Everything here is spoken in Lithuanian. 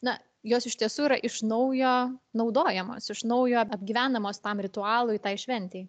na jos iš tiesų yra iš naujo naudojamas iš naujo apgyvenamos tam ritualui tai šventei